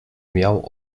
miał